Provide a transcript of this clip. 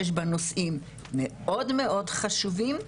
יש בה נושאים מאוד מאוד חשובים,